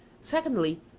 Secondly